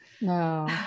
No